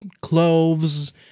cloves